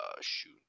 shoot